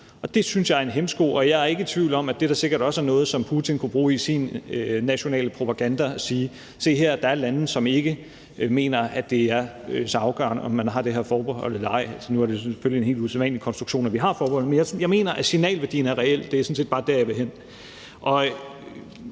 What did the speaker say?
Det synes jeg er en hæmsko, og jeg er ikke i tvivl om, at det da sikkert også er noget, som Putin kunne bruge i sin nationale propaganda ved at sige: Se her, der er lande, som ikke mener, at det er så afgørende, om man har det her forbehold eller ej. Nu er det jo selvfølgelig en helt usædvanlig konstruktion, at vi har forbeholdet, men jeg mener, at signalværdien er reel. Det er sådan set bare der, jeg vil hen.